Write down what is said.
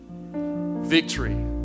Victory